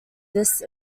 this